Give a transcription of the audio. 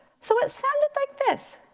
so it sounded like this.